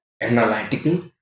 analytical